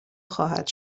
خواهد